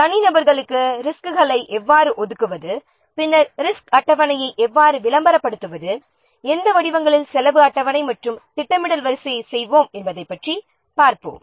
தனி நபர்களுக்கு ரிசோர்ஸ்களை எவ்வாறு ஒதுக்குவது பின்னர் ரிசோர்ஸ்கள் அட்டவணையை எந்த வடிவங்களில் எவ்வாறு விளம்பரப்படுத்துவது அதன் பின்னர் செலவு அட்டவணை மற்றும் திட்டமிடல் வரிசை என்னவாக இருக்கும் என்பதைப் பற்றி பார்ப்போம்